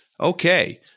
Okay